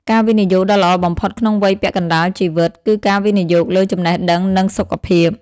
ការវិនិយោគដ៏ល្អបំផុតក្នុងវ័យពាក់កណ្តាលជីវិត គឺការវិនិយោគលើ "ចំណេះដឹង" និង "សុខភាព"។